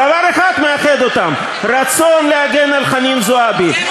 דבר אחד מאחד אותם: רצון להגן על חנין זועבי.